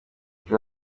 ejo